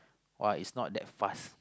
uh it's not that fast